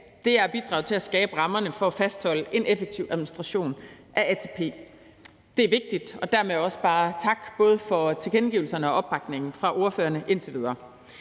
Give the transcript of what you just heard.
er at bidrage til at skabe rammerne for at fastholde en effektiv administration af ATP. Det er vigtigt. Derfor også bare tak for både tilkendegivelserne og opbakningen fra ordførerne indtil videre.